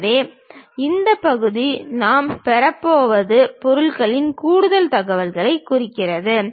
எனவே இந்த பகுதி நாம் பெறப்போவது பொருளின் கூடுதல் தகவல்களைக் குறிக்கிறது